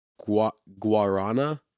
guarana